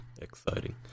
Exciting